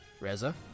Reza